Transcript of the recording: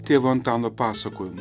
tėvo antano pasakojimai